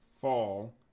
fall